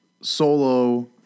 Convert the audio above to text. solo